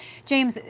james,